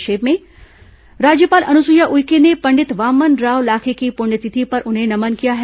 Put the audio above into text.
संक्षिप्त समाचार राज्यपाल अनुसुईया उइके ने पंडित वामनराव लाखे की पुण्यतिथि पर उन्हें नमन किया है